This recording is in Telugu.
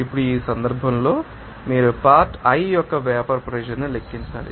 ఇప్పుడు ఈ సందర్భంలో మీరు పార్ట్ i యొక్క వేపర్ ప్రెషర్ లెక్కించాలి